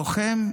לוחם,